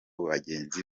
bagenzi